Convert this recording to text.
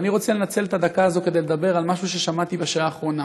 אבל אני רוצה לנצל את הדקה הזאת כדי לדבר על משהו ששמעתי בשעה האחרונה.